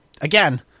again –